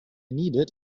needed